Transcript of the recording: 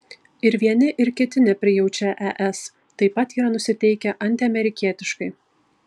ir vieni ir kiti neprijaučia es taip pat yra nusiteikę antiamerikietiškai